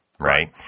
Right